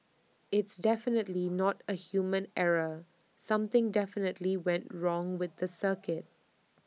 it's definitely not A human error something definitely went wrong with the circuit